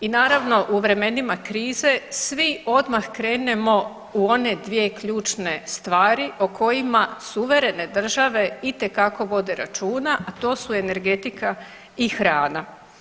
I naravno u vremenima krize svi odmah krenemo u one dvije ključne stvari o kojima suverene države itekako vode računa, a to su energetika i hrana.